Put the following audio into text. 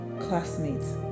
classmates